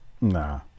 Nah